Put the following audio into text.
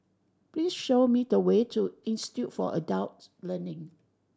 please show me the way to Institute for Adult Learning